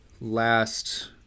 last